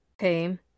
Okay